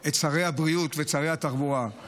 את שרי הבריאות ואת שרי התחבורה,